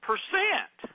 Percent